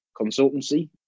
consultancy